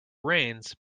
rains